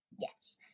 Yes